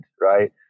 right